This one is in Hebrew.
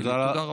תודה רבה.